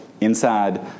Inside